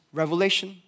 revelation